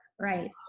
Right